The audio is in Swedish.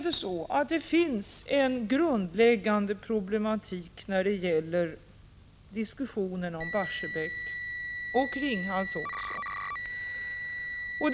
Det finns en grundläggande problematik i diskussionen om Barsebäck och även om Ringhals.